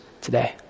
today